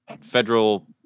federal